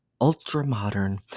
ultra-modern